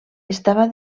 estava